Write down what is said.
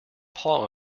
paw